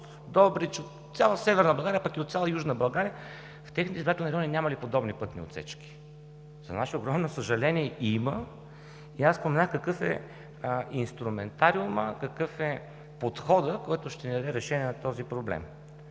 от Добрич, от цяла Северна България, пък и от цяла Южна България: в техните избирателни райони няма ли подобни пътни отсечки? За наше огромно съжаление има и аз споменах какъв е инструментариумът, какъв е подходът, които ще дадат решение на този проблем.